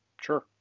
Sure